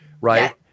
right